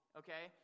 okay